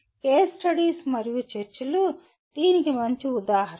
case studies మరియు చర్చలు దీనికి మంచి ఉదాహరణలు